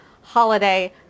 holiday